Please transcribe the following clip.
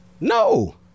No